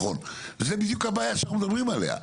זאת בדיוק הבעיה שאנחנו מדברים עליה.